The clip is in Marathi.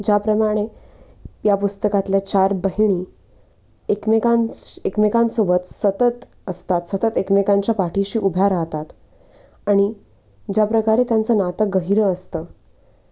ज्याप्रमाणे या पुस्तकातल्या चार बहिणी एकमेकांस एकमेकांसोबत सतत असतात सतत एकमेकांच्या पाठीशी उभ्या राहतात आणि ज्याप्रकारे त्यांचं नातं गहिरं असतं